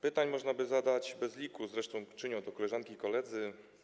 Pytań można by zadać bez liku, zresztą czynią to koleżanki i koledzy.